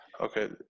okay